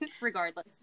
Regardless